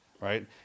right